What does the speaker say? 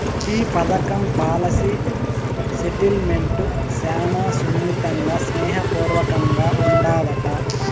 ఈ పదకం policy settlement శానా సున్నితంగా, స్నేహ పూర్వకంగా ఉండాదట